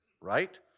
right